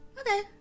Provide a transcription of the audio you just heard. Okay